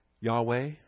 Yahweh